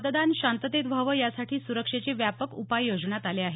मतदान शांततेत व्हावं यासाठी सुरक्षेचे व्यापक उपाय योजण्यात आले आहेत